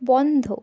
বন্ধ